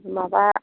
माबा